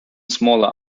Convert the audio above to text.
smaller